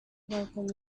welcome